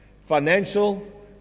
Financial